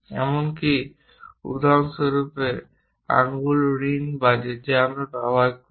এমনকি উদাহরণস্বরূপ আঙুলে রিং বাজে যা আমরা ব্যবহার করি